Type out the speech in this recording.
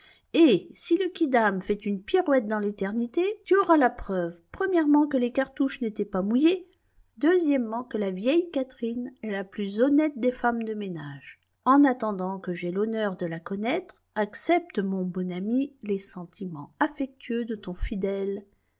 et si le quidam fait une pirouette dans l'éternité tu auras la preuve que les cartouches n'étaient pas mouillées que la vieille catherine est la plus honnête des femmes de ménage en attendant que j'aie l'honneur de la connaître accepte mon bon ami les sentiments affectueux de ton fidèle